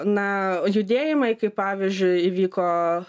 na judėjimai kaip pavyzdžiui įvyko